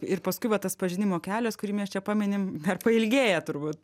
ir paskui va tas pažinimo kelias kurį mes čia paminim dar pailgėja turbūt